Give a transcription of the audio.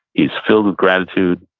he's filled with gratitude.